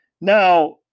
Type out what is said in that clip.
Now